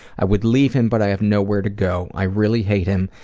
i would leave him but i have nowhere to go. i really hate him,